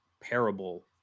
parable